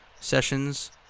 sessions